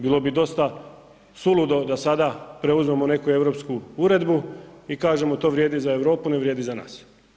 Bilo bi dosta suludo da sada preuzmemo neku europsku uredbu i kažemo to vrijedi za Europu, ne vrijedi za nas.